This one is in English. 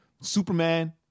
Superman